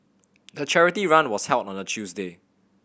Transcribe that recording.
the charity run was held on a Tuesday